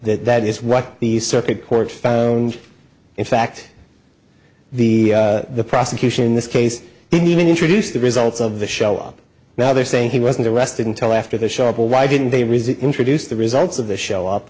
that that is what the circuit court found in fact the the prosecution in this case even introduced the results of the show up now they're saying he wasn't arrested until after the shovel why didn't they resume introduce the results of the show up